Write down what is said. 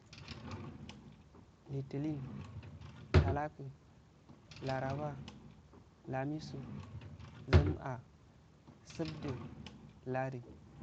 Litillin, talaku, laraba, lamisu, zum-aah, supddu, ladu.